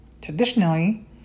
Traditionally